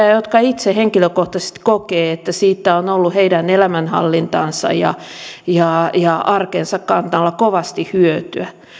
ja jotka itse henkilökohtaisesti kokevat että siitä on ollut heidän elämänhallintansa ja ja arkensa kannalta kovasti hyötyä